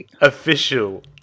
official